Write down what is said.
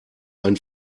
ein